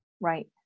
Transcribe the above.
Right